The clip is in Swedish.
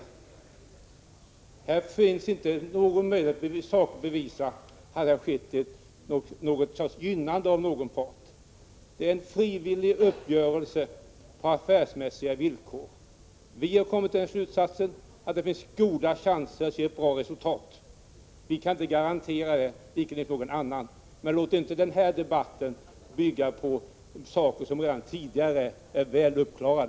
I denna fråga finns det inte någon möjlighet att i sak bevisa att någon part på något sätt har gynnats. Det rör sig om en frivillig uppgörelse på affärsmässiga villkor. Vi har kommit till den slutsatsen att det finns goda chanser att nå ett bra resultat. Vi kan inte garantera det, och det kan inte heller någon annan. Men låt oss inte bygga den här debatten på sådant som redan tidigare är väl uppklarat!